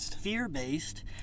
fear-based